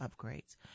upgrades